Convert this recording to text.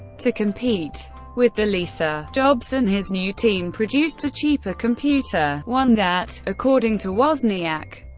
to compete with the lisa, jobs and his new team produced a cheaper computer, one that, according to wozniak,